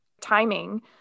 timing